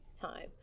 time